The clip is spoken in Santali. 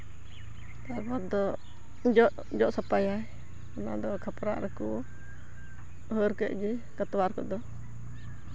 ᱛᱟᱨᱯᱚᱨ ᱫᱚ ᱡᱚᱜ ᱡᱚᱜ ᱥᱟᱯᱷᱟᱭᱟᱭ ᱚᱱᱟ ᱫᱚ ᱠᱷᱟᱯᱨᱟᱜ ᱨᱮᱠᱚ ᱦᱟᱨ ᱠᱮᱫ ᱜᱮ ᱠᱟᱛᱣᱟᱨ ᱠᱚᱫᱚ